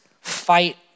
fight